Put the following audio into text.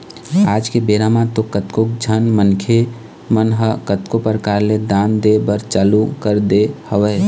आज के बेरा म तो कतको झन मनखे मन ह कतको परकार ले दान दे बर चालू कर दे हवय